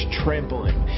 trampling